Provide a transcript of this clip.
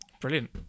Brilliant